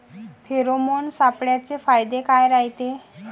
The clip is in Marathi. फेरोमोन सापळ्याचे फायदे काय रायते?